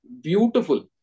beautiful